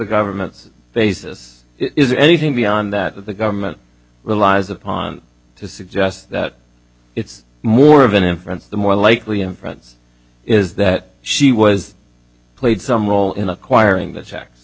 government's basis is there anything beyond that that the government relies upon to suggest that it's more of an inference the more likely in front is that she was played some role in acquiring the checks